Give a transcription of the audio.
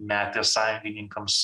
metė sąjungininkams